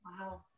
wow